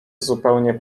zupełnie